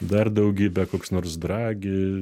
dar daugybė koks nors dragi